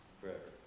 forever